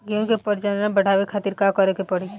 गेहूं के प्रजनन बढ़ावे खातिर का करे के पड़ी?